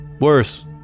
Worse